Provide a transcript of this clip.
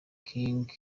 king